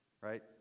Right